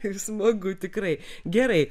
kaip smagu tikrai gerai